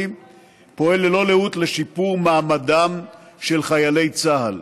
פועל ללא לאות לשיפור מעמדם של חיילי צה"ל.